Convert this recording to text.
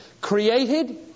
created